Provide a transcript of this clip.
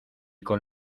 con